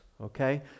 Okay